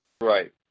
Right